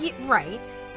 Right